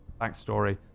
backstory